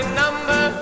number